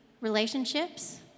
relationships